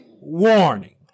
Warning